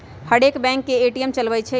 हरेक bank ATM चलबइ छइ